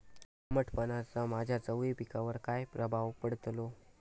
दमटपणाचा माझ्या चवळी पिकावर काय प्रभाव पडतलो?